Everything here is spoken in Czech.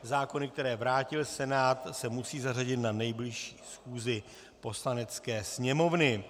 Zákony, které vrátil Senát, se musí zařadit na nejbližší schůzi Poslanecké sněmovny.